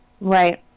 right